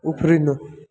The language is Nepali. उफ्रिनु